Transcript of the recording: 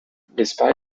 despite